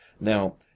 Now